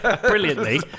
Brilliantly